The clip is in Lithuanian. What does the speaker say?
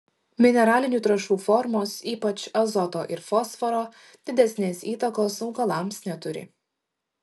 mineralinių trąšų formos ypač azoto ir fosforo didesnės įtakos augalams neturi